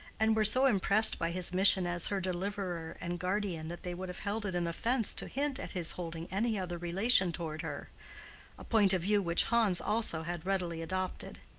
and were so impressed by his mission as her deliverer and guardian that they would have held it an offense to him at his holding any other relation toward her a point of view which hans also had readily adopted.